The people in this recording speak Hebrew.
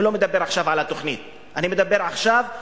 אני לא מדבר עכשיו על התוכנית אלא על עכשיו,